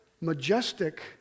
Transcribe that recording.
majestic